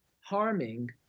harming